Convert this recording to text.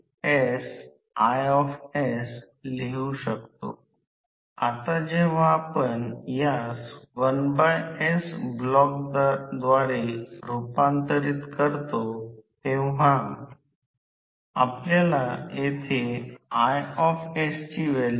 म्हणून त्याच दिशेने रोटर च्या संदर्भात रोटर वेगवान n व रोटर फील्ड ns n वर चालू आहे